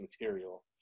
material